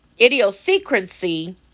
idiosyncrasy